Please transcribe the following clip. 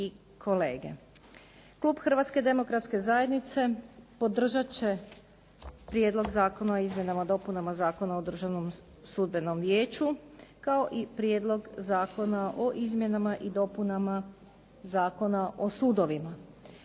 i kolege. Klub Hrvatske demokratske zajednice podržat će Prijedlog zakona o izmjenama i dopunama Zakona o državnom sudbenom vijeću kao i Prijedlog zakona o izmjenama i dopunama Zakon o sudovima.